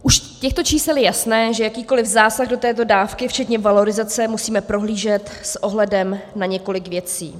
Už z těchto čísel je jasné, že jakýkoli zásah do této dávky včetně valorizace musíme prohlížet s ohledem na několik věcí.